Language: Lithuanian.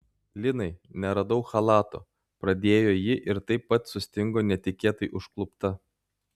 linai neradau chalato pradėjo ji ir taip pat sustingo netikėtai užklupta